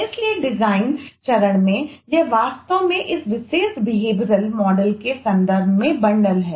इसलिए डिजाइन है